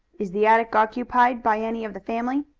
is the attic occupied by any of the family?